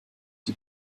die